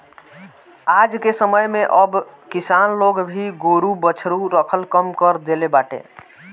आजके समय में अब किसान लोग भी गोरु बछरू रखल कम कर देले बाटे